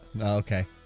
Okay